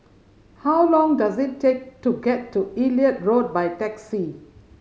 how long does it take to get to Elliot Road by taxi